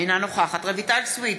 אינה נוכחת רויטל סויד,